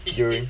during